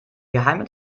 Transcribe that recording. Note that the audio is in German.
geheime